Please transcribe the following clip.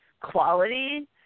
quality